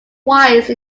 twice